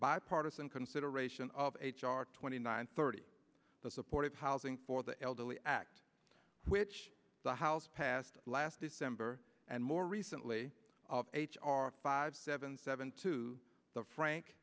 bipartisan consideration of h r twenty nine thirty the supportive housing for the elderly act which the house passed last december and more recently of h r five seven seven to the frank